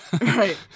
right